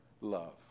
love